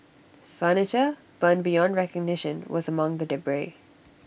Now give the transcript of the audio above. furniture burned beyond recognition was among the debris